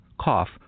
cough